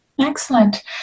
excellent